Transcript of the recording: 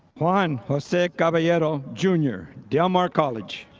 juan jose caballero junior, del mar college.